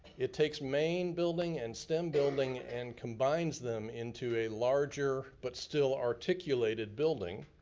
it takes main building and stem building and combines them into a larger but still articulated building,